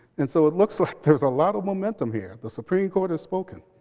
and so it looks like there's a lot of momentum here. the supreme court has spoken.